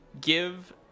give